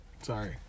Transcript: Sorry